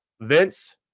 Vince